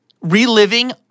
reliving